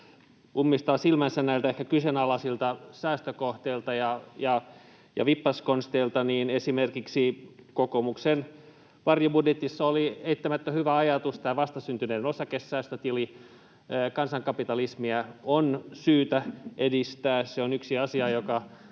ummistaa silmänsä näiltä ehkä kyseenalaisilta säästökohteilta ja vippaskonsteilta, niin esimerkiksi kokoomuksen varjobudjetissa oli eittämättä hyvä ajatus tämä vastasyntyneiden osakesäästötili. Kansankapitalismia on syytä edistää. Se on yksi asia, joka